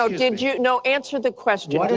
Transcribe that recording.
ah you know answer the question. but